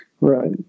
right